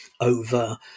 over